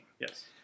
Yes